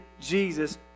Jesus